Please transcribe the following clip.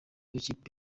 w’ikipe